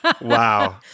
wow